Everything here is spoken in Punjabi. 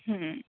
ਹੂੰ